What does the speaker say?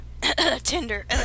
Tinder